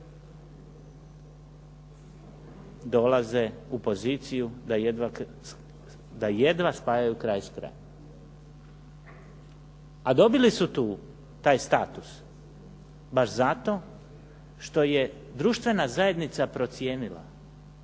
dolaze u poziciju da jedva spajaju kraj s krajem. A dobili su tu taj status baš zato što je društvena zajednica procijenila